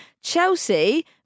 Chelsea